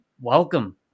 welcome